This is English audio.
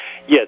Yes